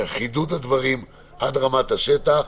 חידוד הדברים עד רמת השטח.